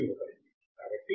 కాబట్టి ఇది 10 kilo ohm లు